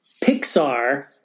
Pixar